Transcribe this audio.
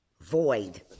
Void